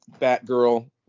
Batgirl